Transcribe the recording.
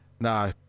nah